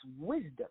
wisdom